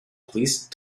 police